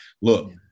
look